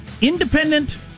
independent